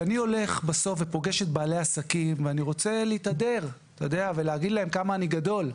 כשאני הולך ופוגש את בעלי העסקים ורוצה להתהדר ולהגיד להם כמה אני גדול,